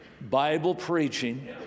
Bible-preaching